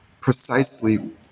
precisely